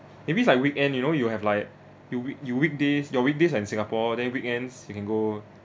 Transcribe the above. maybe it's like weekend you know you have like you week you weekdays your weekdays and singapore then weekends you can go